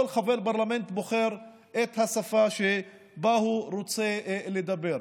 כל חבר פרלמנט בוחר את השפה שבה הוא רוצה לדבר.